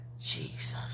Jesus